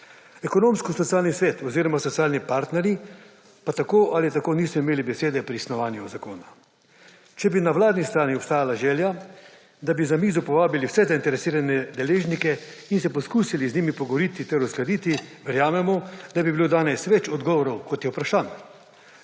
Ekonomsko-socialni svet oziroma socialni partnerji pa tako ali tako niso imeli besede pri snovanju zakona. Če bi na vladni strani obstajala želja, da bi za mizo povabili vse zainteresirane deležnike in se poskusili z njimi pogovoriti ter uskladiti, verjamemo, da bi bilo danes več odgovorov kot je vprašanj,